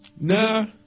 Nah